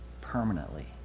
permanently